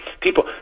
People